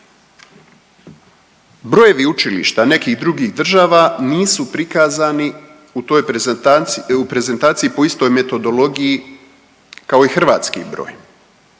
Brojevi učilišta nekih drugih država nisu prikazani u prezentaciji po istoj metodologiji kao i hrvatski broj.